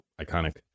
iconic